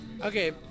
Okay